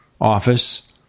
Office